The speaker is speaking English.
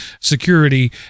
security